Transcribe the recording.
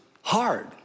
hard